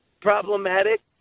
problematic